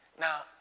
Now